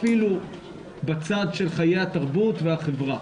אפילו בצד של חיי התרבות והחברה.